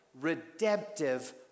redemptive